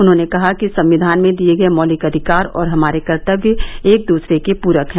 उन्होंने कहा कि संक्षिान में दिए गए मौलिक अधिकार और हमारे कर्तव्य एक दूसरे के पूरक है